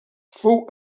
fou